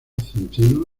centeno